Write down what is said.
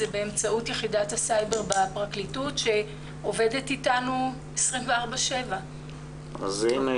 זה באמצעות יחידת הסייבר בפרקליטות שעובדת אתנו 24/7. הנה,